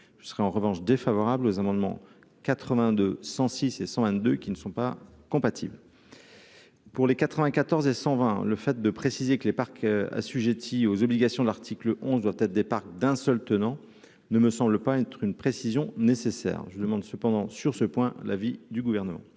je serai en revanche défavorable aux amendements 82 106 et 122 qui ne sont pas compatibles pour les 94 et 120 le fait de préciser que les parcs assujetties aux obligations de l'article onze doit être d'un seul tenant, ne me semble pas être une précision nécessaire je demande cependant sur ce point, l'avis du gouvernement